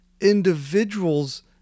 individuals